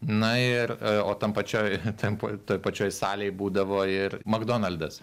na ir o tam pačioj ten toj pačioj salėj būdavo ir makdonaldas